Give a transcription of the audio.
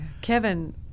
Kevin